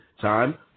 time